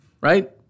right